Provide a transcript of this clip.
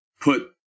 put